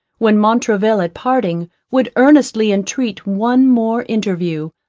when montraville at parting would earnestly intreat one more interview,